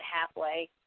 halfway